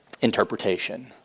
interpretation